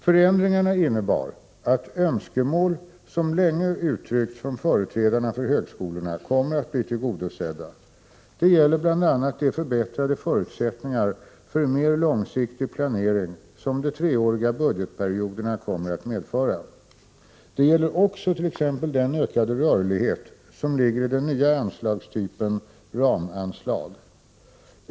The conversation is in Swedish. Förändringarna innebar att önskemål, som sedan länge uttryckts från företrädare för högskolorna, kommer att bli tillgodosedda. Det gäller bl.a. de förbättrade förutsättningarna för mer långsiktig planering, som de treåriga budgetperioderna kommer att medföra. Det gäller också t.ex. den ökade rörlighet som ligger i den nya anslagstypen ramanslag.